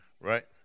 Right